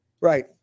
Right